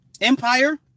Empire